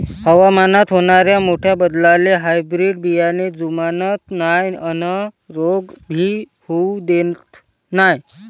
हवामानात होनाऱ्या मोठ्या बदलाले हायब्रीड बियाने जुमानत नाय अन रोग भी होऊ देत नाय